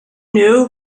knew